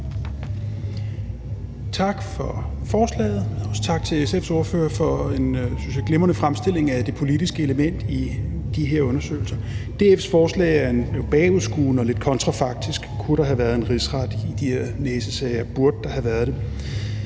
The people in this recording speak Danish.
Tak for forslaget. Også tak til SF's ordfører for en, synes jeg, glimrende fremstilling af det politiske element i de her undersøgelser. DF's forslag er bagudskuende og lidt kontrafaktisk – kunne der have været en rigsret i de her næsesager; burde der have været det?